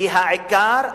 כי העיקר,